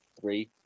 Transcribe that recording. three